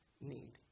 need